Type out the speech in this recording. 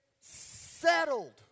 settled